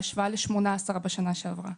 בהשוואה ל-18 בשנה שעברה.